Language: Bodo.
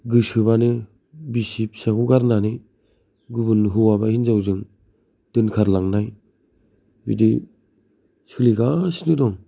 गोसोबानो बिसि फिसाखौ गारनानै गुबुन हौवा बा हिनजावजों दोनखारलांनाय बिदि सोलिगासिनो दं